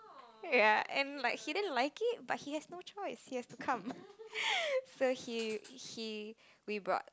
ya and like he didn't like it but he has no choice he has to come so he he we brought